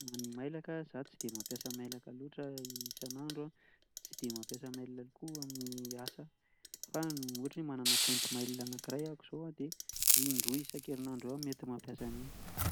De ao anatin'ny herinandro zay mety intelo isan-kerinandro ahako no manao fantanjahantena, ankoatr'izay moa mety misy koa ny lalao lalao baolina ohatra de efa tafiditra anatin'ny fanatanjahantena ohatra.